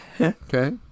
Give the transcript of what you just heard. Okay